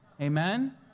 Amen